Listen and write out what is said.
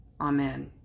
Amen